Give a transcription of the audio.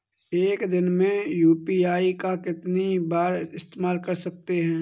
एक दिन में यू.पी.आई का कितनी बार इस्तेमाल कर सकते हैं?